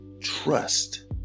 trust